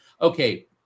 Okay